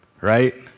right